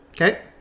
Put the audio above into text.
Okay